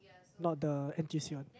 not the N_T_U_C one